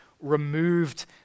removed